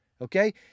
Okay